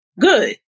good